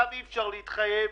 אי אפשר להתחייב